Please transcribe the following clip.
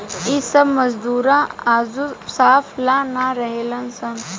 इ सब मजदूरा ओजा साफा ला ना रहेलन सन